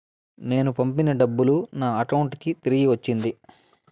నేను పంపిన డబ్బులు నా అకౌంటు కి తిరిగి వచ్చింది